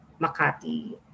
Makati